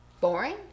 Boring